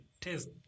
test